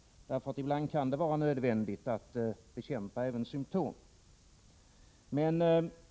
Ibland kan det vara nödvändigt att bekämpa även symtom.